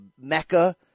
Mecca